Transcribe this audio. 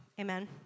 Amen